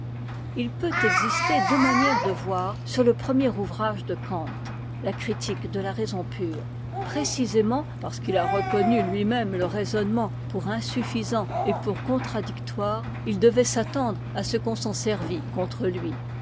i peut exister deux manières de voir sur le premier ouvrage de kant la c g e de la raison pure précisément parce qu'il a reconnu lui-même e raisonnement pour insuffisant et pour contradictoire il devait s'attendre à ce qu'on s'en servît contre lui